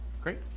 Great